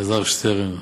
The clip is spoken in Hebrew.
אלעזר שטרן,